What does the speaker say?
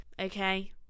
okay